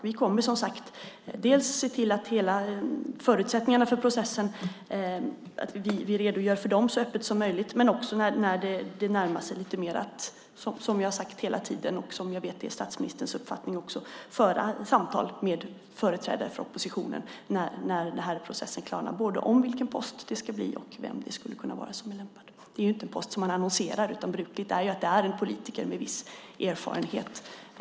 Vi kommer att se till att vi kommer att redogöra för förutsättningarna för processen så öppet som möjligt, och när processen klarnar kommer vi - som vi har sagt hela tiden och som jag vet också är statsministerns uppfattning - att föra samtal med företrädare för oppositionen. Det ska gälla både vilken post det ska bli och vem som kan vara lämpad. Det är inte en post som annonseras, utan brukligt är att det är fråga om en politiker med viss erfarenhet.